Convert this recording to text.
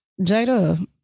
Jada